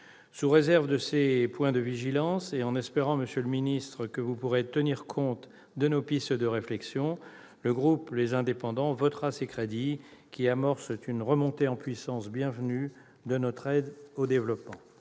Sous réserve de ces points de vigilance, et en espérant, monsieur le ministre, que vous pourrez tenir compte de nos pistes de réflexion, le groupe Les Indépendants-République et Territoires votera ces crédits, qui amorcent une remontée en puissance bienvenue de notre aide au développement.